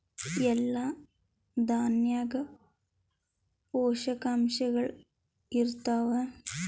ಎಲ್ಲಾ ದಾಣ್ಯಾಗ ಪೋಷಕಾಂಶಗಳು ಇರತ್ತಾವ?